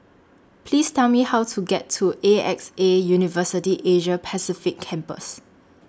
Please Tell Me How to get to A X A University Asia Pacific Campus